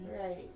Right